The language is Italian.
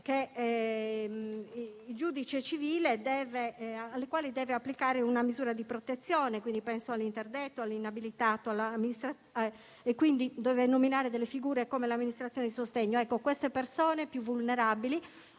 il giudice civile deve applicare una misura di protezione - penso all'interdetto, all'inabilitato - per le quali deve nominare delle figure come l'amministratore di sostegno. Queste persone più vulnerabili